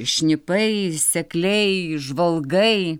šnipai sekliai žvalgai